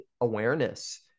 awareness